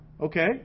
okay